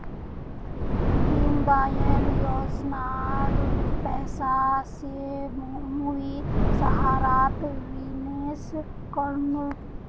दीनदयाल योजनार पैसा स मुई सहारात निवेश कर नु